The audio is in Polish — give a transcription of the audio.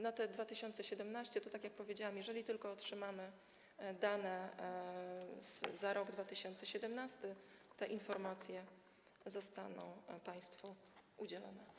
Na te o 2017 r., to, tak jak powiedziałam, jeżeli tylko otrzymamy dane za rok 2017, to te informacje zostaną państwu udzielone.